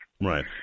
Right